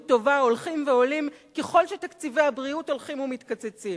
טובה הולכים ועולים ככל שתקציבי הבריאות הולכים ומתקצצים.